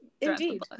Indeed